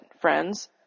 friends